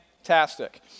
Fantastic